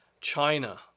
China